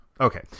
Okay